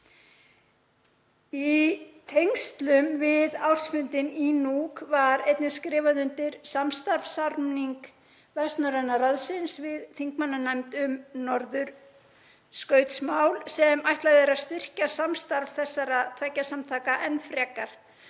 Í tengslum við ársfundinn í Nuuk var einnig skrifað undir samstarfssamning Vestnorræna ráðsins við þingmannanefnd um norðurskautsmál sem ætlað er að styrkja samstarf þessara tveggja samtaka enn frekar.